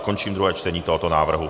Končím druhé čtení tohoto návrhu.